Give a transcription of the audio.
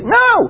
no